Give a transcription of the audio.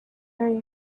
very